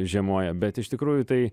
žiemoja bet iš tikrųjų tai